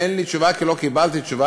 אין לי תשובה כי לא קיבלתי תשובה,